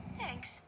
Thanks